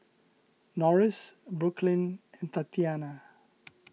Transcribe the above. Norris Brooklynn and Tatyana